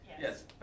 yes